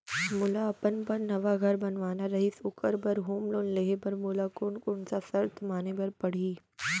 मोला अपन बर नवा घर बनवाना रहिस ओखर बर होम लोन लेहे बर मोला कोन कोन सा शर्त माने बर पड़ही?